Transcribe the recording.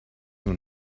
nun